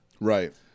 right